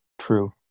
true